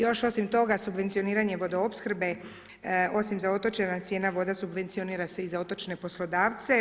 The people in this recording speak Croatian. Još osim toga, subvencioniranje vodoopskrbe, osim za otočane, cijena voda subvencionira se i za otočne poslodavce.